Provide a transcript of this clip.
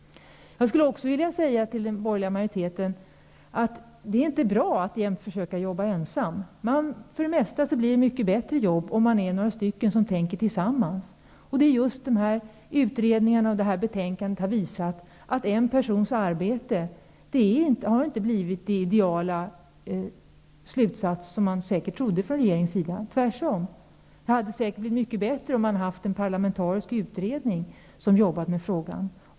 Jag skulle till den borgerliga majoriteten även vilja säga att det inte är bra att jämt försöka jobba ensam. För det mesta blir det ett mycket bättre jobb om man är några stycken som tänker tillsammans. Denna utredning och detta betänkande har visat att en persons arbete inte har lett till den ideala slutsats som man från regeringens sida säkert trodde. Tvärtom hade det säkert blivit mycket bättre om en parlamentarisk utredning hade arbetat med frågan.